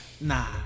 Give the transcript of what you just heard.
Nah